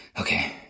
Okay